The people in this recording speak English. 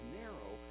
narrow